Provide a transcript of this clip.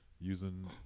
using